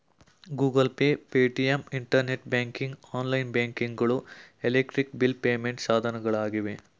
Google pay, Paytm, internet banking, online banking ಗಳು electric bill payment ಸಾಧನಗಳಾಗಿವೆ